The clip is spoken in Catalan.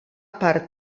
part